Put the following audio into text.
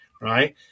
right